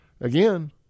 Again